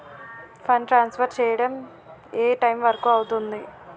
Fund transfer చేయడం ఏ time వరుకు అవుతుంది?